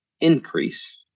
increase